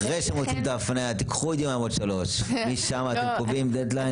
אחרי שמוציאים את ההפניה, משם אתם קובעים דד ליין?